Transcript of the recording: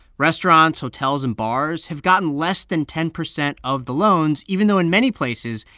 restaurants, hotels and bars have gotten less than ten percent of the loans, even though in many places,